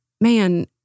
man